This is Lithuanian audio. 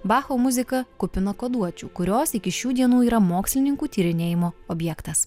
bacho muzika kupina koduočių kurios iki šių dienų yra mokslininkų tyrinėjimo objektas